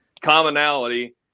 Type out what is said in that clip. commonality